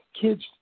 Kids